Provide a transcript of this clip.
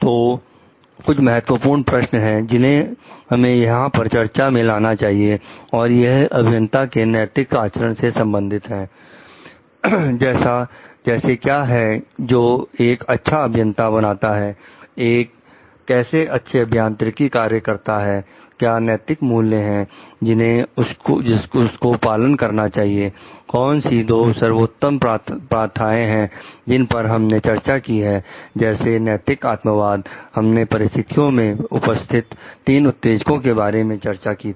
तो कुछ महत्वपूर्ण प्रश्न है जिन्हें हमें यहां पर चर्चा में लाना चाहिए और यह अभियंता के नैतिक आचरण से संबंधित होते हैं जैसे क्या है जो एक अच्छा अभियंता बनाता है एक कैसे अच्छे अभियांत्रिकी कार्य करता है क्या नैतिक मूल्य हैं जिन्हें उसको पालन करना चाहिए कौन सी दो सर्वोत्तम प्रथाएं हैं जिन पर हमने चर्चा की है जैसे नैतिक आत्मवाद हमने परिस्थितियों में उपस्थित 3 उत्तेजको के बारे में चर्चा की थी